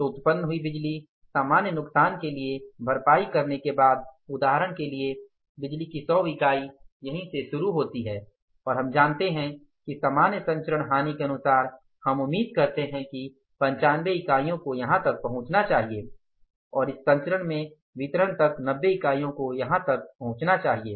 तो उत्पन्न हुई बिजली सामान्य नुकसान के लिए भरपाई करने के बाद उदाहरण के लिए बिजली की 100 इकाई यहीं से शुरू होती है और हम जानते हैं कि सामान्य संचरण हानि के अनुसार हम उम्मीद करते हैं कि 95 इकाइयों को यहां तक पहुंचना चाहिए और इस संचरण से वितरण तक 90 इकाइयों को यहां तक पहुंचना चाहिए